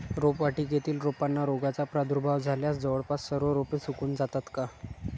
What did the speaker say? रोपवाटिकेतील रोपांना रोगाचा प्रादुर्भाव झाल्यास जवळपास सर्व रोपे सुकून जातात का?